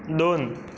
दोन